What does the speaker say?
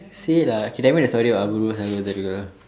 say lah okay tell me the story about Apoorva Sagodharargal sakoothararkal